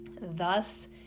Thus